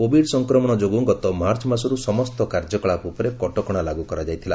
Covid ସଂକ୍ରମଣ ଯୋଗୁଁ ଗତ ମାର୍ଚ୍ଚ ମାସରୁ ସମସ୍ତ କାର୍ଯ୍ୟକଳାପ ଉପରେ କଟକଣା ଲାଗୁ କରାଯାଇଥିଲା